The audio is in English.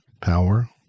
power